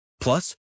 Plus